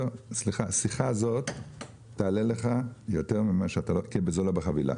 לאדם שהשיחה הזאת תעלה לו יותר והיא לא בחבילה.